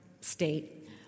state